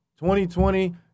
2020